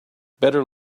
better